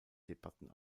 debatten